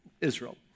Israel